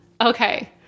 Okay